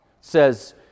says